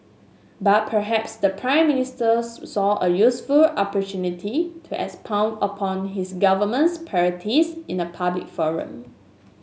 but perhaps the Prime Minister saw a useful opportunity to expound upon his government's priorities in a public forum